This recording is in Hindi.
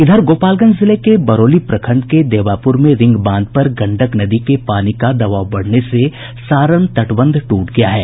इधर गोपालगंज जिले के बरौली प्रखंड के देवापुर में रिंग बांध पर गंडक नदी के पानी का दबाव बढ़ने से सारण तटबंध टूट गया है